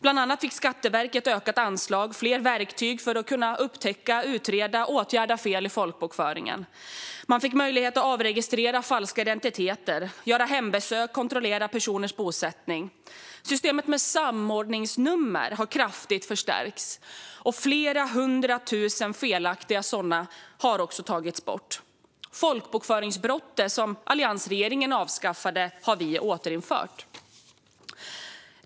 Bland annat fick Skatteverket ökat anslag och fler verktyg för att kunna upptäcka, utreda och åtgärda fel i folkbokföringen. Man fick möjlighet att avregistrera falska identiteter, göra hembesök och kontrollera personers bosättning. Systemet med samordningsnummer har kraftigt förstärkts, och flera hundra tusen felaktiga sådana har tagits bort. Folkbokföringsbrottet, som alliansregeringen avskaffade, har vi återinfört.